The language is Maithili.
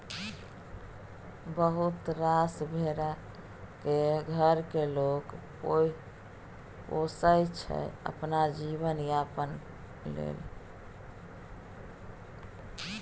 बहुत रास भेरा केँ घर मे लोक पोसय छै अपन जीबन यापन लेल